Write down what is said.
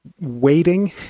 waiting